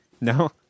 No